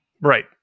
Right